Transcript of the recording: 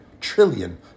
trillion